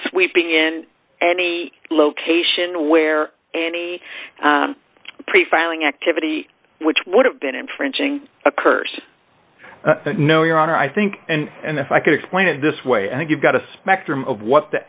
sweeping in any location where any pre filing activity which would have been infringing occurs no your honor i think and if i could explain it this way i think you've got a spectrum of what the